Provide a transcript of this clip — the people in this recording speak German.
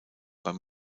beim